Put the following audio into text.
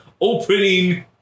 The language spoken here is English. opening